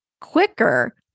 quicker